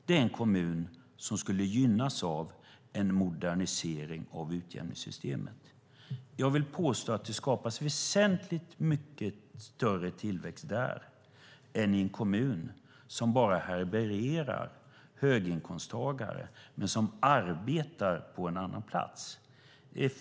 Det är en kommun som skulle gynnas av en modernisering av utjämningssystemet. Jag vill påstå att det skapas väsentligt mycket större tillväxt där än i en kommun som bara härbärgerar höginkomsttagare som arbetar på en annan plats.